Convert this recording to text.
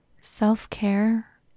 Self-care